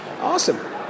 Awesome